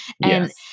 Yes